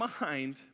mind